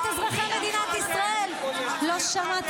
את מרכז תל אביב או את מדינת ישראל או את מאה שערים?